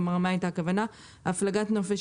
בהגדרת הפלגת נופש